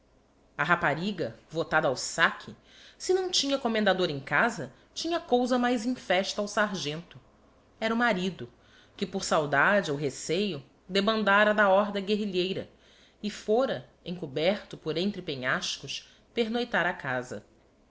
a rapariga votada ao saque se não tinha commendador em casa tinha cousa mais infesta ao sargento era o marido que por saudade ou receio debandára da horda guerrilheira e fôra encoberto por entre penhascos pernoitar a casa